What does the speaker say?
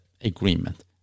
agreement